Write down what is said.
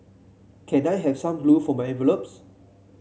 can I have some glue for my envelopes